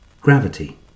Gravity